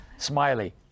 smiley